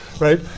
right